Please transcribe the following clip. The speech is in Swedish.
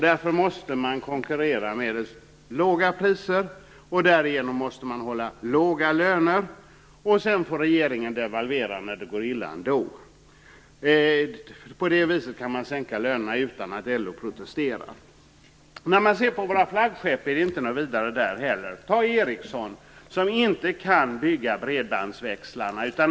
Därför måste man konkurrera med låga priser och därigenom måste man hålla låga löner. Sedan får regeringen devalvera när det går illa. På det viset kan man sänka lönerna utan att LO protesterar. När det gäller våra flaggskepp är det inget vidare där heller. Tag Ericsson som inte kan bygga bredbandsväxlar.